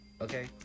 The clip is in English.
Okay